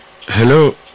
Hello